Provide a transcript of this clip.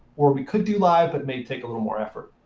or we could do live but may take a little more effort